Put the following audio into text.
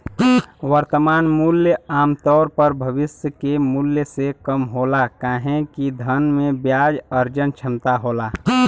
वर्तमान मूल्य आमतौर पर भविष्य के मूल्य से कम होला काहे कि धन में ब्याज अर्जन क्षमता होला